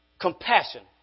Compassion